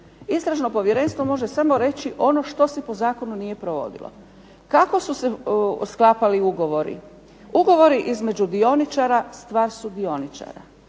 Istražno povjerenstvo može samo reći ono što se po zakonu nije provodilo. Kako su se sklapali ugovori? Ugovori između dioničara stvar su dioničara.